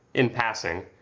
in passing,